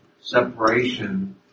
separation